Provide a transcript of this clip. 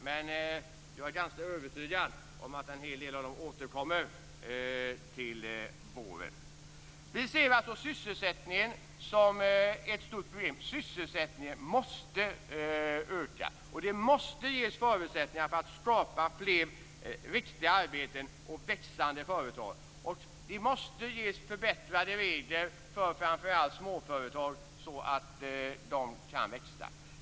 Men jag är ganska övertygad om att en hel del av dem återkommer till våren. Vi ser alltså sysselsättningen som ett stort problem. Sysselsättningen måste öka. Det måste ges förutsättningar för att skapa fler riktiga arbeten och växande företag. Framför allt småföretag måste ges förbättrade regler, så att de kan växa.